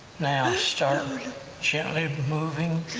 now, start gently moving,